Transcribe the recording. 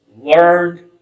learned